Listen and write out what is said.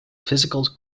physical